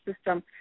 system